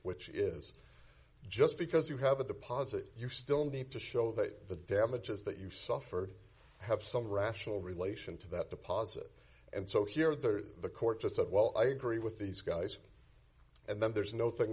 which is just because you have a deposit you still need to show that the damages that you've suffered have some rational relation to that deposit and so here that the court just said well i agree with these guys and then there's no thin